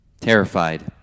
terrified